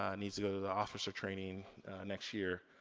um needs to go to the officer training next year,